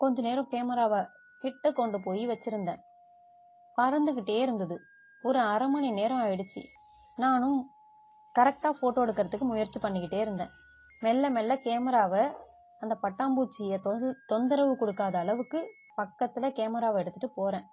கொஞ்சம் நேரம் கேமராவை கிட்டேக் கொண்டு போய் வைச்சிருந்தேன் பறந்துக்கிட்டே இருந்தது ஒரு அரைமணி நேரம் ஆயிடுச்சு நானும் கரெக்டாக ஃபோட்டோ எடுக்கிறதுக்கு முயற்சி பண்ணிக்கிட்டே இருந்தேன் மெல்ல மெல்ல கேமராவை அந்த பட்டாம்பூச்சியை தொந்த் தொந்தரவு கொடுக்காத அளவுக்கு பக்கத்தில் கேமராவை எடுத்துகிட்டுப் போகிறேன்